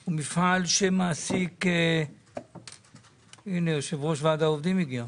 הוא מפעל שמעסיק מאות עובדים, כשחלקם הגדול הם